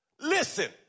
Listen